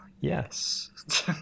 yes